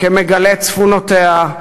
כמגלה צפונותיה,